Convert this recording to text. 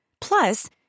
Plus